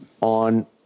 on